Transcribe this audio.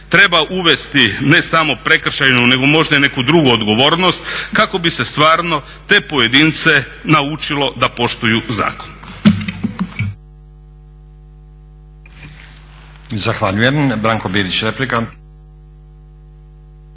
treba uvesti ne samo prekršajnu nego možda i neku drugu odgovornost kako bi se stvarno te pojedince naučilo da poštuju zakon.